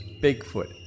Bigfoot